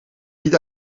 niet